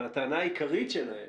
אבל הטענה העיקרית שלהם,